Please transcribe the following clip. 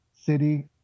city